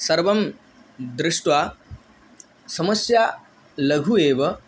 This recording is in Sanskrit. सर्वं दृष्ट्वा समस्या लघु एव